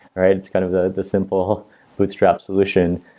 right? it's kind of the the simple bootstrapped solution.